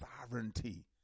sovereignty